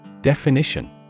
Definition